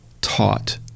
taught